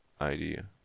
idea